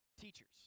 teachers